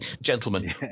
gentlemen